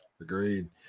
Agreed